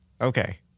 okay